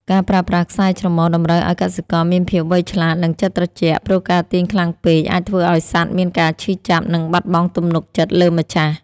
ការប្រើប្រាស់ខ្សែច្រមុះតម្រូវឱ្យកសិករមានភាពវៃឆ្លាត និងចិត្តត្រជាក់ ព្រោះការទាញខ្លាំងពេកអាចធ្វើឱ្យសត្វមានការឈឺចាប់ និងបាត់បង់ទំនុកចិត្តលើម្ចាស់។